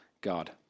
God